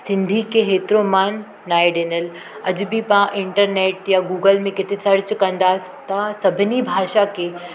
सिंधी खे एतरो मान न आहे ॾिनल अॼु बि तव्हां इंटरनेट या गूगल में किथे सर्च कंदासि तव्हां सभिनी भाषा खे